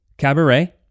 Cabaret